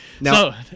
Now